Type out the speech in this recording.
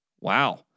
Wow